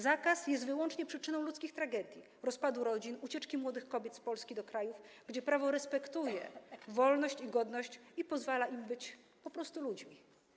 Zakaz jest wyłącznie przyczyną ludzkich tragedii, rozpadu rodzin, ucieczki młodych kobiet z Polski do krajów, gdzie prawo respektuje wolność i godność i pozwala im być po prostu ludźmi.